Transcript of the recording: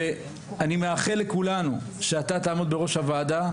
ואני מאחל לכולנו שאתה תעמוד בראש הוועדה,